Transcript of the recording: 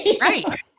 Right